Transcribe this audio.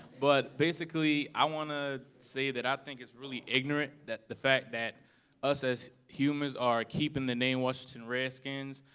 but basically i want to say that i think it's really ignorant that the fact that us as humans are keeping the name washington redskins.